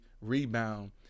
rebound